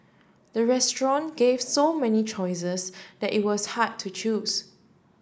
the restaurant gave so many choices that it was hard to choose